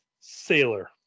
Sailor